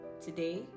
Today